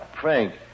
Frank